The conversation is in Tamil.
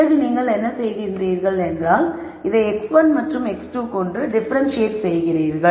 பிறகு நீங்கள் என்ன செய்கிறீர்கள் என்றால் இதை x1 மற்றும் x2 கொண்டு டிஃபரெண்ட்சியேட் செய்கிறீர்கள்